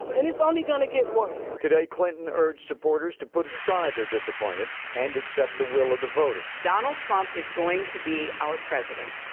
and it's only gonna get worse. reporter today clinton urged supporters to put aside their disappointment and accept the will of the voters. donald trump is going to be our president.